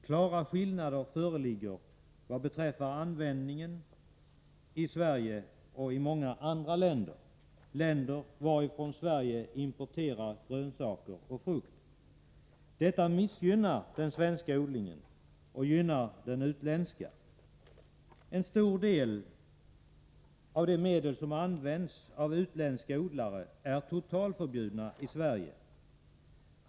Klara skillnader föreligger vad beträffar användningen i Sverige och i många andra länder, länder varifrån Sverige importerar grönsaker och frukt. Detta missgynnar den svenska odlingen och gynnar den utländska. En stor del av de medel som används av utländska odlare är totalförbjudna i Sverige.